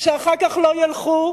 שאחר כך לא ילכו,